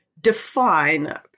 define